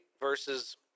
versus